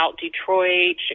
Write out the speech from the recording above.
Detroit